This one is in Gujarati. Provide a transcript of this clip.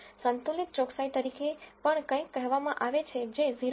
સંતુલિત ચોકસાઈ તરીકે પણ કંઈક કહેવામાં આવે છે જે 0